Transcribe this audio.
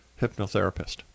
hypnotherapist